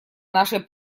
нашей